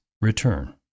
return